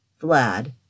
Vlad